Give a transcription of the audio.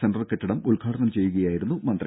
centre കെട്ടിടം ഉദ്ഘാടനം ചെയ്യുകയായിരുന്നു മന്ത്രി